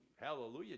hallelujah